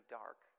dark